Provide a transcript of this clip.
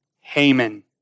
Haman